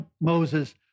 moses